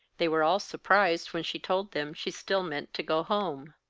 they were all surprised when she told them she still meant to go home.